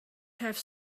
have